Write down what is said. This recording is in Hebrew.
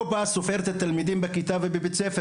לא בא וסופר את התלמידים בבתי הספר.